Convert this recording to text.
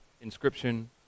inscription